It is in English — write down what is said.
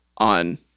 on